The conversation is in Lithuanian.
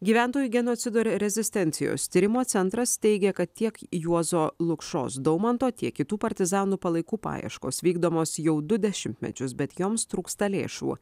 gyventojų genocido ir rezistencijos tyrimo centras teigia kad tiek juozo lukšos daumanto tiek kitų partizanų palaikų paieškos vykdomos jau du dešimtmečius bet joms trūksta lėšų